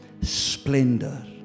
splendor